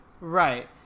Right